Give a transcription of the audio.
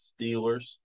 Steelers